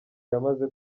yamaze